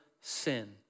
sin